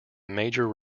major